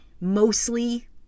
mostly